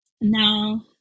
Now